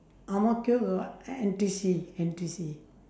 ang mo kio got N_T_U_C N_T_U_C